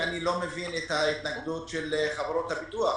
לא מבין את ההתנגדות של חברות הביטוח.